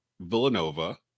villanova